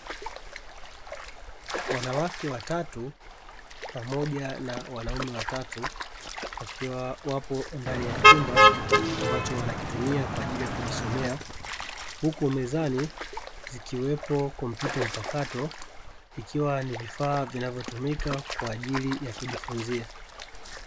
Wanawake watatu pamoja na wanaume watatu wakiwa wapo ndani ya chumba, ambacho wanakitumia kwa ajili ya kujisomea. Huku mezani zikiwepo kompyuta mpakato ikiwa ni vifaa vinavotumika kwa ajili ya kujifunzia.